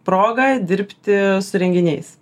proga dirbti su renginiais